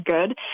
good